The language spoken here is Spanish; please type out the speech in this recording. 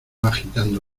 agitando